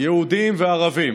יהודים וערבים,